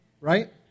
Right